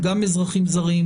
הם גם אזרחים זרים,